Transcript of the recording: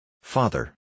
Father